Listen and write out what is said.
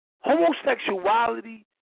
homosexuality